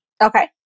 Okay